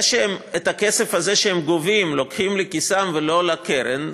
זה שאת הכסף הזה שהם גובים הם לוקחים לכיסם ולא לקרן,